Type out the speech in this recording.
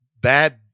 Bad